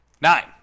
Nine